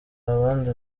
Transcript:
abandi